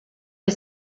les